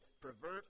pervert